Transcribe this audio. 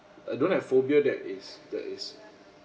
I don't have phobia that is that is